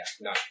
No